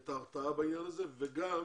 ואת ההרתעה בעניין הזה וגם,